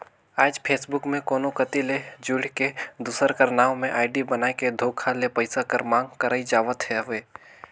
आएज फेसबुक में कोनो कती ले जुइड़ के, दूसर कर नांव में आईडी बनाए के धोखा ले पइसा कर मांग करई जावत हवे